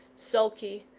sulky,